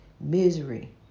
misery